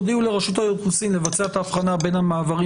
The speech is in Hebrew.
תודיעו לרשות האוכלוסין לבצע את ההבחנה בין המעברים